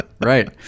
right